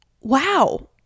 wow